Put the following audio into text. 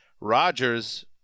Rodgers